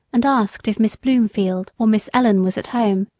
and asked if miss blomefield or miss ellen was at home.